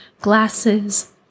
glasses